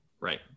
Right